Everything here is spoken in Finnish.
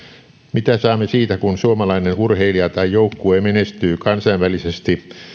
mitä saamme siitä kun suomalainen urheilija tai joukkue menestyy kansainvälisesti